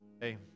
Hey